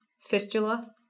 Fistula